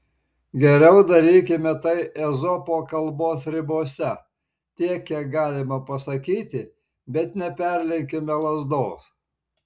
geriau darykime tai ezopo kalbos ribose tiek kiek galima pasakyti bet neperlenkime lazdos